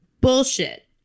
Bullshit